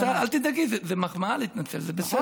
אל תדאגי, זאת מחמאה להתנצל, זה בסדר.